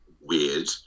weird